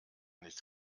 nichts